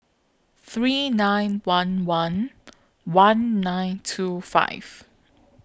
three nine one one one nine two five